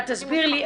אבל תסביר לי,